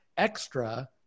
extra